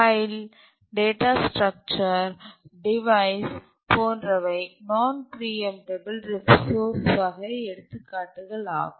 file data structure device போன்றவை nonpreemptable resource வகை எடுத்துக்காட்டுகளாகும்